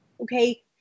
Okay